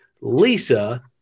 Lisa